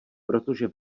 protože